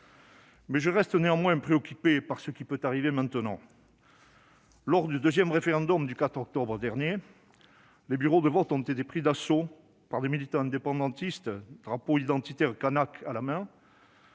Mais je reste néanmoins préoccupé par ce qui peut arriver maintenant. Lors du deuxième référendum, le 4 octobre dernier, les bureaux de vote ont été pris d'assaut par des militants indépendantistes, drapeau identitaire kanak à la main,